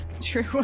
True